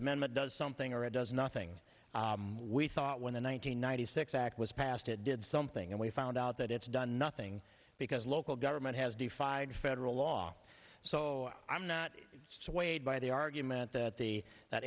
amendment does something or it does nothing we thought when the one hundred ninety six act was passed it did something and we found out that it's done nothing because local government has defied federal law so i'm not so weighed by the argument that the that